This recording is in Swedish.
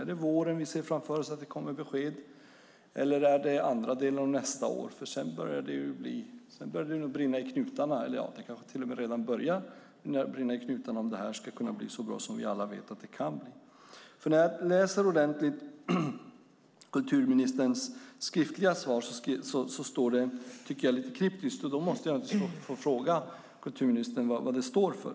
Är det till våren vi ser framför oss att det kommer besked, eller är det i andra delen av nästa år? Sedan börjar det nämligen brinna i knutarna. Det kanske till och med redan har börjat brinna i knutarna om det här ska bli så bra som vi alla vet att det kan bli. När jag läser kulturministerns skriftliga svar ordentligt hittar jag något lite kryptiskt, tycker jag. Jag måste få fråga kulturministern vad det betyder.